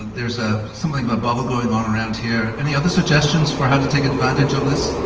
there's ah something of a bubble going on around here. any other suggestions for how to take advantage of this?